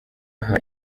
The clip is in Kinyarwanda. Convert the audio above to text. aha